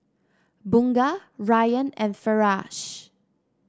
Bunga Ryan and Firash